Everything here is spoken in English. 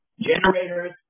Generators